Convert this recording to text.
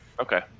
Okay